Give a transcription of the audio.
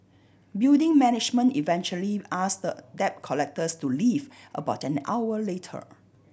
building management eventually ask the debt collectors to leave about an hour later